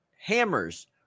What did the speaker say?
hammers